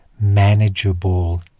manageable